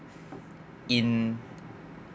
in